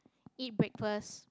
eat breakfast